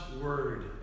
word